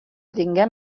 tinguem